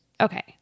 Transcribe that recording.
Okay